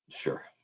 Sure